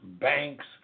banks